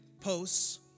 posts